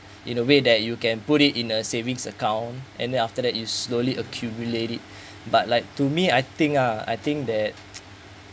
in a way that you can put it in a savings account and then after that you slowly accumulate it but like to me I think uh I think that